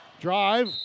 Drive